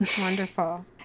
Wonderful